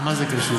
מה זה קשור?